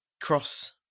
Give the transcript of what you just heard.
cross